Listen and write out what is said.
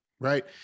Right